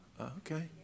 Okay